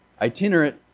itinerant